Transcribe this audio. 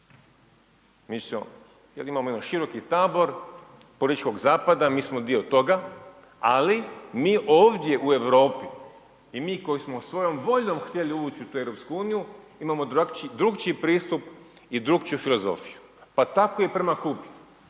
jedan široki tabor političkog zapada, mi smo dio toga ali mi ovdje u Europi i mi koji smo svojom voljom htjeli ući u tu EU imamo drukčiji pristup i drukčiju filozofiju, pa tako i prema Kubi.